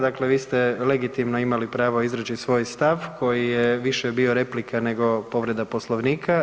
Dakle, vi ste legitimno imali pravo izreći svoj stav koji je više bio replika, nego povreda Poslovnika.